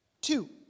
Two